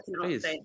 please